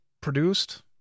produced